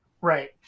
right